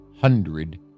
hundred